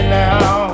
now